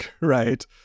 right